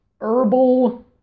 herbal